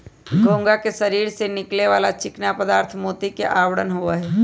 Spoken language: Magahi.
घोंघा के शरीर से निकले वाला चिकना पदार्थ मोती के आवरण बना हई